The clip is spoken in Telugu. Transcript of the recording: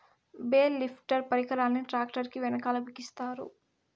బేల్ లిఫ్టర్ పరికరాన్ని ట్రాక్టర్ కీ వెనకాల బిగిస్తారు